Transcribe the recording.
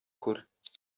kure